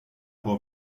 può